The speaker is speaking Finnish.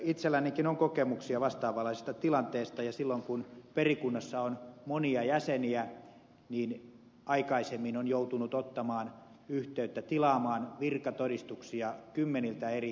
itsellänikin on kokemuksia vastaavanlaisista tilanteista ja silloin kun perikunnassa on monia jäseniä aikaisemmin on joutunut ottamaan yhteyttä tilaamaan virkatodistuksia kymmeniltä eri seurakunnilta